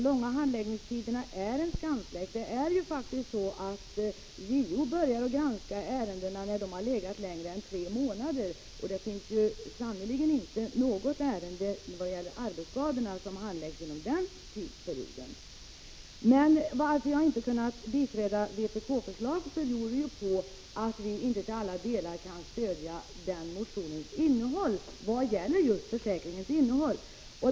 De långa handläggningstiderna är en skamfläck. JO börjar granska ärendena när de har legat längre än tre månader. Det finns sannerligen inte något ärende i vad gäller arbetsskador som handläggs inom den tidsperioden. Att jag inte kunnat biträda vpk-förslaget beror på att vi inte till alla delar kan stödja motionen i fråga om just försäkringens innehåll.